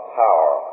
power